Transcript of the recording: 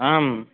आम्